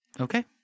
Okay